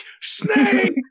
Snake